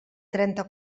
trenta